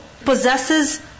possesses